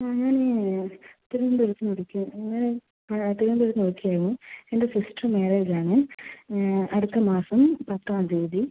ആ ഞാൻ തിരുവനന്തപുരത്തു നിന്ന് വിളിക്കാണ് ഇന്ന് ആ തിരുവനന്തപുരത്തു നിന്ന് വിളിക്കുക ആണ് എൻ്റെ സിസ്റ്റർ മാര്യേജ് ആണ് അടുത്ത മാസം പത്താം തീയതി